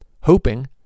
hoping